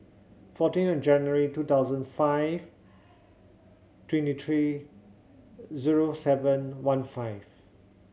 fourteen January two thousand five twenty three zero seven one five